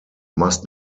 must